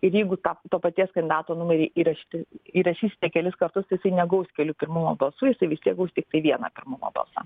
ir jeigu tą to paties kandidato numerį įrašyti įrašysite kelis kartus tai jisai negaus kelių pirmumo balsų jisai vistiek gaus tiktai vieną pirmumo